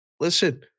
Listen